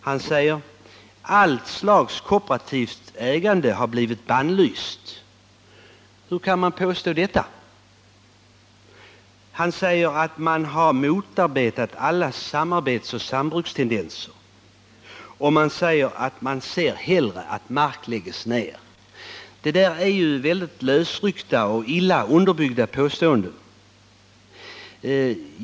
Han säger att allt slags kooperativt ägande har blivit bannlyst. Hur kan han påstå detta? Han säger att man har motarbetat alla samarbetsoch sambrukstendenser och att man hellre ser att marken läggs ner. Detta är mycket lösryckta och illa underbyggda påståenden.